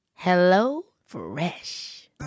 HelloFresh